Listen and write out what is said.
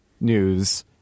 news